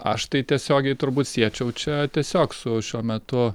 aš tai tiesiogiai turbūt siečiau čia tiesiog su šiuo metu